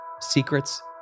Secrets